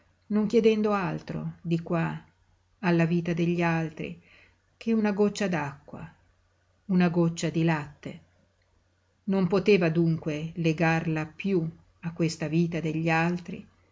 non chiedendo altro di qua alla vita degli altri che una goccia d'acqua una goccia di latte non poteva dunque legarla piú a questa vita degli altri